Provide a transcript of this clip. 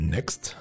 Next